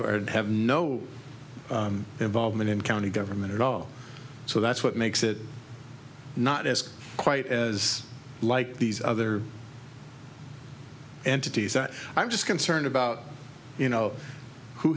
and have no involvement in county government at all so that's what makes it not as quite as like these other entities that i'm just concerned about you know who